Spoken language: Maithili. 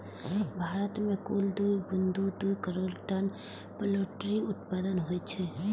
भारत मे कुल दू बिंदु दू करोड़ टन पोल्ट्री उत्पादन होइ छै